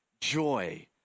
joy